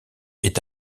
est